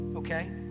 Okay